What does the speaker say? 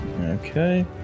okay